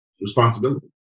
responsibility